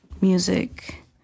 music